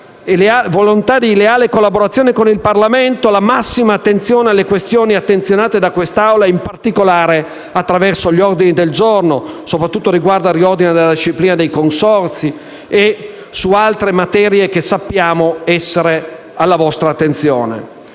volontà di leale collaborazione con il Parlamento, la massima considerazione delle questioni messe in luce da questa Assemblea, in particolare attraverso gli ordini del giorno, soprattutto riguardo al riordino della disciplina dei consorzi e su altre materie che sappiamo essere alla vostra attenzione.